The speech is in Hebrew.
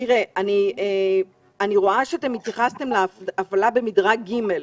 אני רואה שהתייחסתם להפעלה במדרג ג'.